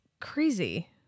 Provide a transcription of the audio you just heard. crazy